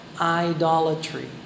idolatry